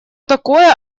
такое